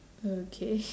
okay